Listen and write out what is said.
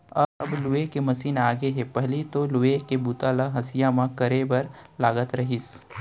अब लूए के मसीन आगे हे पहिली तो लुवई के बूता ल हँसिया म करे बर लागत रहिस